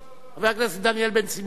לא, לא, לא.